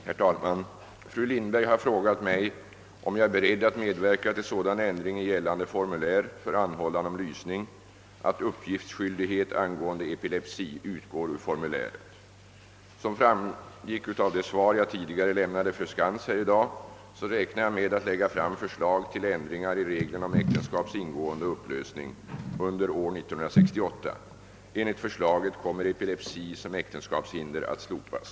Herr talman! Fru Lindberg har frågat mig om jag är beredd att medverka till sådan ändring i gällande formulär för anhållan om lysning att uppgiftsskyldighet angående epilepsi utgår ur formuläret. Jag räknar med att lägga fram förslag till ändringar i reglerna om äktenskaps ingående och upplösning under år 1968. Enligt förslaget kommer epilepsi som äktenskapshinder att slopas.